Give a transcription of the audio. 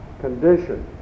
condition